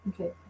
Okay